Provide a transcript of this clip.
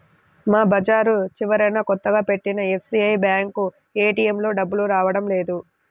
మా బజారు చివరన కొత్తగా పెట్టిన ఎస్బీఐ బ్యేంకు ఏటీఎంలో డబ్బులు రావడం లేదు